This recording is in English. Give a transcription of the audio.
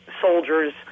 soldiers